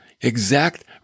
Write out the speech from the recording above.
exact